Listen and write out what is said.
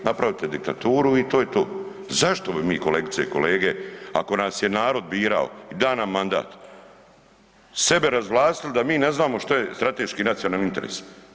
Napravite diktaturu i to je to, zašto bi mi, kolegice i kolege ako nas je narod birao i da nam mandat, sebe razvlastili da mi ne znamo što je strateški nacionalni interes.